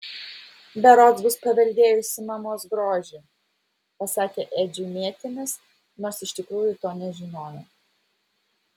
berods bus paveldėjusi mamos grožį pasakė edžiui mėtinis nors iš tikrųjų to nežinojo